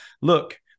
look